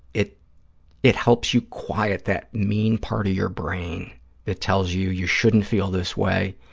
it it helps you quiet that mean part of your brain that tells you, you shouldn't feel this way,